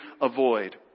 avoid